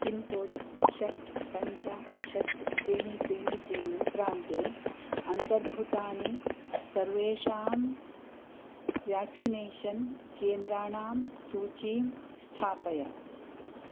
pincode षट् पञ्च षट् त्रीणि त्रीणि त्रीणि प्रान्ते अन्तर्भूतानि सर्वेषां व्याक्सिनेषन् केन्द्राणां सूचीं स्थापय